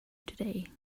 today